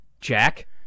Jack